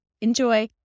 Enjoy